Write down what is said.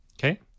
Okay